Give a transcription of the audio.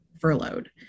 furloughed